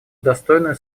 достойную